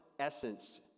essence